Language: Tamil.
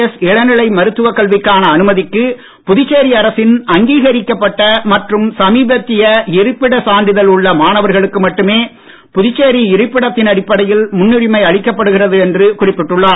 எஸ் இளநிலை மருத்துவக் கல்விக்கான அனுமதிக்கு புதுச்சேரி அரசின் அங்கீகரிக்கப்பட்ட மற்றும் சமீபத்திய இருப்பிட சான்றிதழ் உள்ள மாணவர்களுக்கு மட்டுமே புதுச்சேரி இருப்பிடத்தின் அடிப்படையில் முன்னுரிமை அளிக்கப்படுகிறது என்று குறிப்பிட்டுள்ளார்